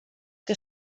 que